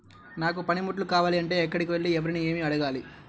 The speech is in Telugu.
నాకు పనిముట్లు కావాలి అంటే ఎక్కడికి వెళ్లి ఎవరిని ఏమి అడగాలి?